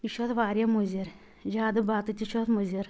یہِ چھُ اتھ واریاہ مُضر زیادٕ بتہٕ تہِ چھُ اتھ مُضر